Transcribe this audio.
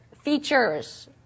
features